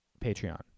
patreon